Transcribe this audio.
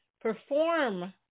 perform